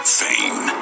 fame